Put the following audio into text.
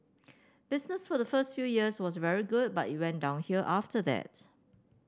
business for the first few years was very good but it went downhill after that